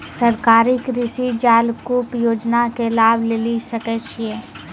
सरकारी कृषि जलकूप योजना के लाभ लेली सकै छिए?